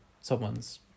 someone's